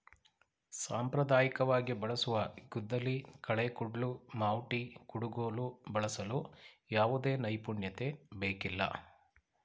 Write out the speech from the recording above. ಸಾಂಪ್ರದಾಯಿಕವಾಗಿ ಬಳಸುವ ಗುದ್ದಲಿ, ಕಳೆ ಕುಡ್ಲು, ಮಾವುಟಿ, ಕುಡುಗೋಲು ಬಳಸಲು ಯಾವುದೇ ನೈಪುಣ್ಯತೆ ಬೇಕಿಲ್ಲ